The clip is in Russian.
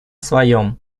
своем